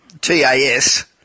TAS